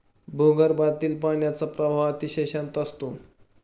भूगर्भातील पाण्याचा प्रवाह अतिशय शांत असतो